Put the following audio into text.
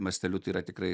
masteliu tai yra tikrai